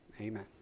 amen